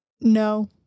No